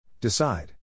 Decide